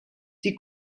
die